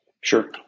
Sure